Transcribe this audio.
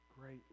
great